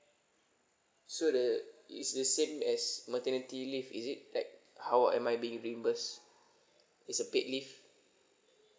so the it's the same as maternity leave is it like how am I being reimbursed it's a paid leave